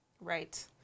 Right